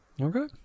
okay